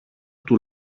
του